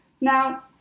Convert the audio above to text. Now